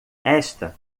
esta